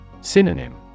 Synonym